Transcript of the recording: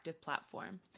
platform